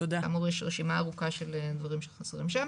כאמור יש רשימה ארוכה של דברים שחסרים שם,